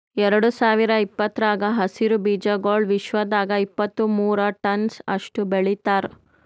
ಎರಡು ಸಾವಿರ ಇಪ್ಪತ್ತರಾಗ ಹಸಿರು ಬೀಜಾಗೋಳ್ ವಿಶ್ವದಾಗ್ ಇಪ್ಪತ್ತು ಮೂರ ಟನ್ಸ್ ಅಷ್ಟು ಬೆಳಿತಾರ್